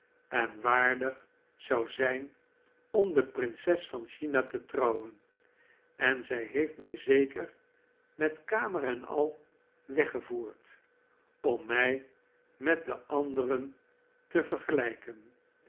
en waardig zou zijn om de princes van china te trouwen en zij heeft mij zeker met kamer en al weggevoerd om mij met den anderen te vergelijken